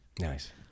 Nice